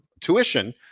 tuition